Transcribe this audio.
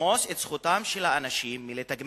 לרמוס את זכותם של האנשים לתגמול.